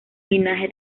linaje